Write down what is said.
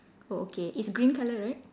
oh okay it's green colour right